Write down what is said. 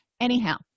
Anyhow